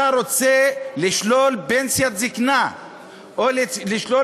אתה רוצה לשלול פנסיית זיקנה או לשלול